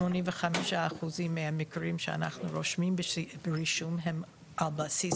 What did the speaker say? כ-85% מהמקרים שאנחנו רושמים ברישום על בסיס